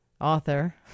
author